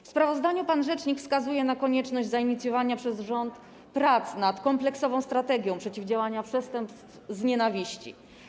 W sprawozdaniu pan rzecznik wskazuje na konieczność zainicjowania przez rząd prac nad kompleksową strategią przeciwdziałania przestępstwom z nienawiści.